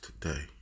today